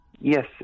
Yes